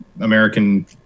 american